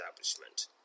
establishment